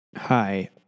Hi